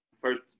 first